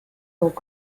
loob